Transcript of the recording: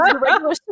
regular